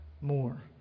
more